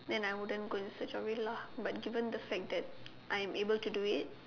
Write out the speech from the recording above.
then I wouldn't go and search for it lah but given the fact that I am able to do it